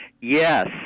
Yes